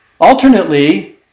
Alternately